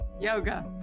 yoga